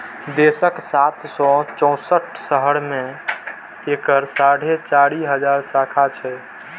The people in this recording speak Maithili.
देशक सात सय चौंसठ शहर मे एकर साढ़े चारि हजार शाखा छै